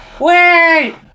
Wait